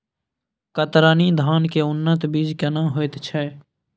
कतरनी धान के उन्नत बीज केना होयत छै?